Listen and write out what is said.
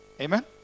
Amen